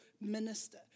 minister